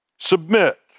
Submit